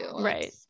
Right